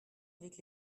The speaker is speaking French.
avec